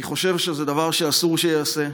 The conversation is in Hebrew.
אני חושב שזה דבר שאסור שייעשה.